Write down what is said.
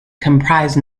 comprised